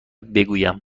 بگویم